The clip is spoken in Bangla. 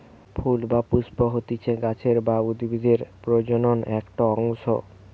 ফুল বা পুস্প হতিছে গাছের বা উদ্ভিদের প্রজনন একটো অংশ